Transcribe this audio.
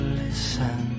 listen